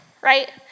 right